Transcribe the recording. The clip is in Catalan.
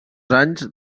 anys